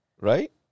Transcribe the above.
Right